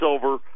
silver